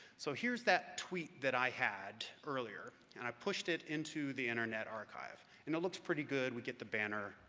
so here's that tweet that i had earlier, and i pushed it into the internet archive. and it looks pretty good, we get the banner,